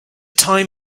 time